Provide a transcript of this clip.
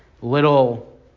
little